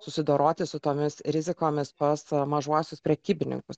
susidoroti su tomis rizikomis pas mažuosius prekybininkus